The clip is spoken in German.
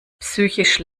psychisch